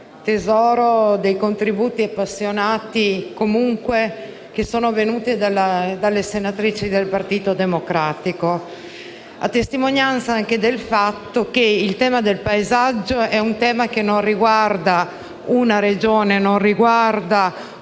tesoro dei contributi appassionati che sono venuti dalle senatrici del Partito Democratico, a testimonianza del fatto che il tema del paesaggio è un tema che non riguarda una Regione e che non riguarda